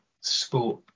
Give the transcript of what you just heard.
Sport